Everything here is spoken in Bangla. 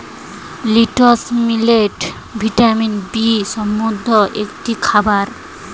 লিটল মিলেট ভিটামিন বি সমৃদ্ধ একটি খাবার